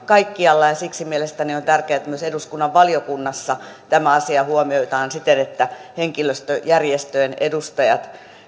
kaikkialla ja siksi mielestäni on tärkeää että myös eduskunnan valiokunnassa tämä asia huomioidaan siten että henkilöstöjärjestöjen edustajat